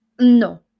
No